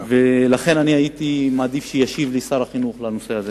לכן הייתי מעדיף שישיב לי שר החינוך בנושא הזה.